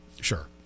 Sure